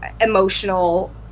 emotional